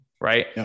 right